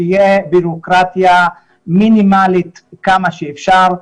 שתהיה בירוקרטיה מינימלית כמה שאפשר.